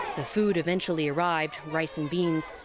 the food eventually arrived, rice and beans,